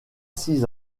six